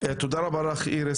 תודה רבה לך, איריס.